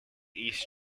east